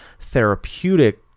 therapeutic